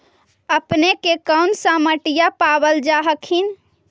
अपने के कौन सा मिट्टीया पाबल जा हखिन?